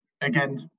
again